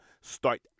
start